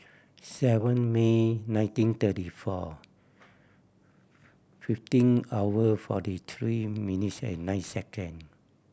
seven May nineteen thirty four fifteen hour forty three minutes and nine second